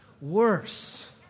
Worse